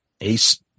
ace